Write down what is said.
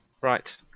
Right